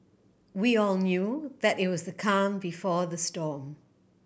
we all knew that it was the calm before the storm